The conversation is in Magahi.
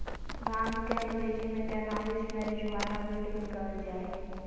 भांग के अंग्रेज़ी में कैनाबीस, मैरिजुआना, वीड भी कहल जा हइ